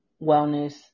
wellness